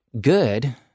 good